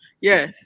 Yes